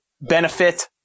benefit